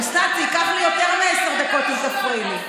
אוסנת, זה ייקח לי יותר מעשר דקות אם תפריעי לי.